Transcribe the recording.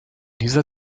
dieser